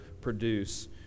produce